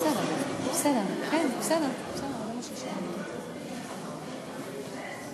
עניינית